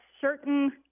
certain